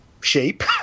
shape